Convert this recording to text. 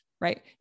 right